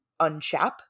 unchap